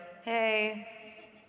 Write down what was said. hey